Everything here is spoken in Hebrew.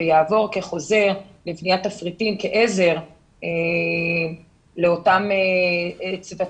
ויעבור כחוזר לבניית תפריטים כעזר לאותם צוותים.